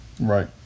Right